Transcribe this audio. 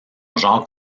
jacques